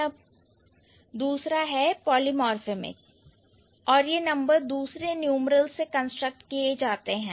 दूसरा है पॉलीमर्फेमिक और यह नंबर दूसरे न्यूमरल से कंस्ट्रक्ट किए जाते हैं